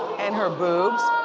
and her boobs.